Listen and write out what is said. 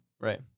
Right